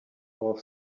for